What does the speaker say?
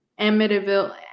Amityville